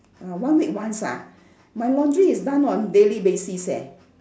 uh one week once ah my laundry is done on daily basis eh